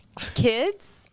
kids